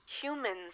Humans